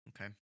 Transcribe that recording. Okay